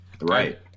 right